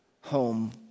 home